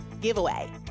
giveaway